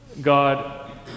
God